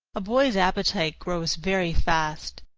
a boy's appetite grows very fast,